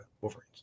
Wolverines